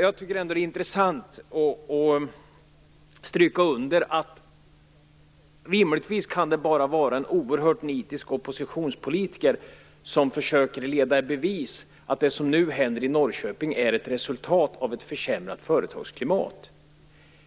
Jag tycker ändå att det är intressant att stryka under att det rimligtvis bara kan vara en oerhört nitisk oppositionspolitiker som försöker leda i bevis att det som nu händer i Norrköping är ett resultat av ett försämrat företagsklimat.